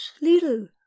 Little